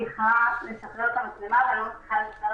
המסגרות קיימות אבל כשצריך להכניס ילד